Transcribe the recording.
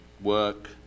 work